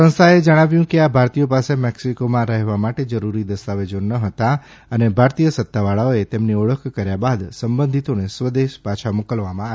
સંસ્થાએ જણાવ્યું કે આ ભારતીયો પાસે મેક્સીકોમાં રહેવા માટે જરૂરી દસ્તાવેજો ન હતા અને ભારતીય સત્તાવાળાઓએ તેમની ઓળખ કર્યા બાદ સંબંધીતોને સ્વદેશ પાછા મોકલવામાં આવ્યા છે